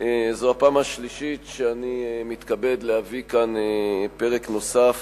זו הפעם השלישית שאני מתכבד להביא פרק נוסף